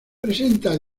presenta